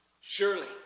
surely